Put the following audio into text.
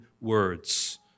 words